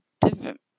different